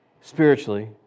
spiritually